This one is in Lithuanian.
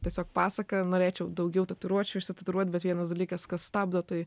tiesiog pasaka norėčiau daugiau tatuiruočių išsitatuiruot bet vienas dalykas kas stabdo tai